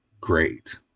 great